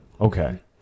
Okay